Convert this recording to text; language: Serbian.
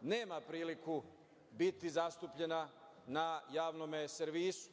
nema priliku biti zastupljena na javnom servisu.